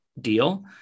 deal